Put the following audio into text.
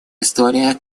истории